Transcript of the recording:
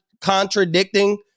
contradicting